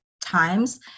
times